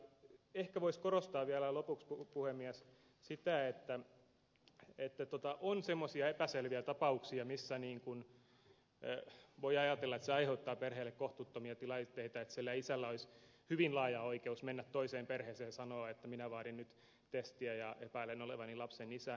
ehkä voisi korostaa vielä lopuksi puhemies sitä että on semmoisia epäselviä tapauksia missä voi ajatella että se aiheuttaa perheelle kohtuuttomia tilanteita että sillä isällä olisi hyvin laaja oikeus mennä toiseen perheeseen ja sanoa että minä vaadin nyt testiä ja epäilen olevani lapsen isä